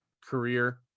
career